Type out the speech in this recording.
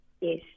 Yes